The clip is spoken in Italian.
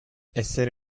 essere